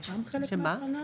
זה גם חלק מההכנה?